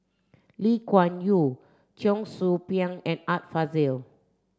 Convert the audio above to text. Lee Kuan Yew Cheong Soo Pieng and Art Fazil